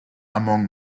among